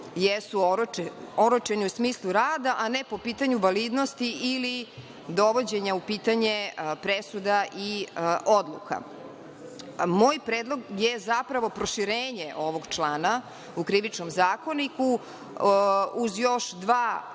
jesu oročeni u smislu rada, a ne po pitanju validnosti ili dovođenja u pitanje presuda i odluka. Moj predlog je proširenje ovog člana u Krivičnom zakoniku, uz još dva suda,